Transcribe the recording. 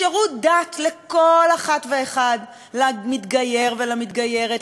לשירות דת לכל אחת ואחד: למתגייר ולמתגיירת,